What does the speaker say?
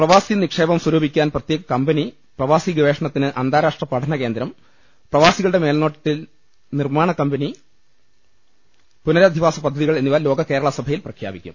പ്രവാസി നിക്ഷേപം സ്വരൂപിക്കാൻ പ്രത്യേക കമ്പനി പ്രവാസി ഗവേഷണത്തിന് അന്താരാഷ്ട്ര പഠനകേന്ദ്രം പ്രവാസികളുടെ മേൽനോട്ടത്തിൽ നിർമ്മാണ കമ്പനി പുനരധിവാസ പദ്ധതികൾ എന്നിവ ലോക കേരളസഭയിൽ പ്രഖ്യാപിക്കും